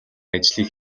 ажлыг